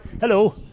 hello